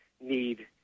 need